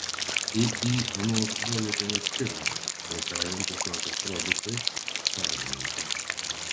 iį onos daujotienės firma prekiaujančios naftos produktais savininkė